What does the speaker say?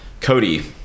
Cody